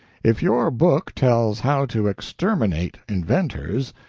if your book tells how to exterminate inventors,